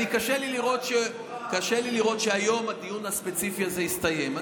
קשה לי לראות שהדיון הספציפי הזה יסתיים היום.